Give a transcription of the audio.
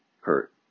hurt